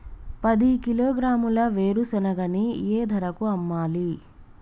పది కిలోగ్రాముల వేరుశనగని ఏ ధరకు అమ్మాలి?